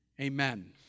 Amen